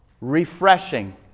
refreshing